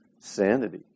sanity